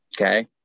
Okay